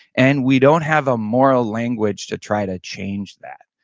and we don't have a moral language to try to change that,